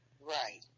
right